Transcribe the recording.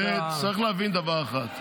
צריך להבין דבר אחד: